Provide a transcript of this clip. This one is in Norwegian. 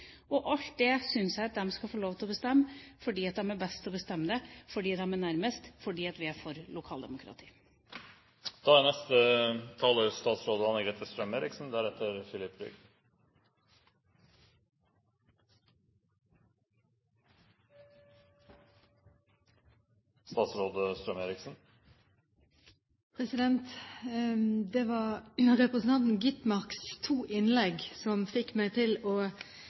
og alt dette syns jeg de skal få lov til å bestemme, for de er de beste til å bestemme dette, for de er nærmest, og fordi vi er for lokaldemokratiet. Det var representanten Skovholt Gitmarks to innlegg som fikk meg til